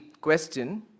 question